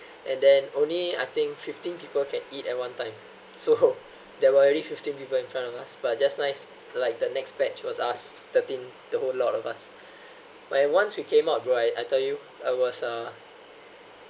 and then only I think fifteen people can eat at one time so there were already fifteen people in front of us but just nice it's like the next batch was asked thirteen the whole lot of us when once we came out bro I tell you I was uh